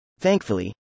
Thankfully